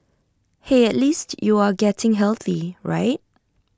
hey at least you are getting healthy right